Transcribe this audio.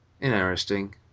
interesting